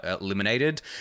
eliminated